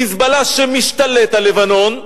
"חיזבאללה" שמשתלט על לבנון,